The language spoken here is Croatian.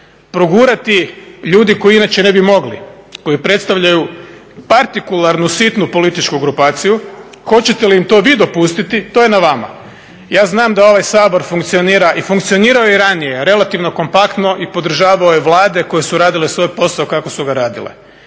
progurati ljudi koji inače ne bi mogli, koji predstavljaju partikularnu sitnu političku grupaciju, hoćete li im to vi dopustiti, to je na vama. Ja znam da ovaj Sabor funkcionira i funkcionirao je i ranije relativno kompaktno i podržavao je Vlade koje su radile svoj posao kako su ga radile.